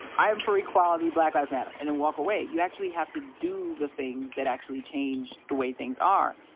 i am for equality. black lives matter, and then walk away. you actually have to do the things that actually change the way things are.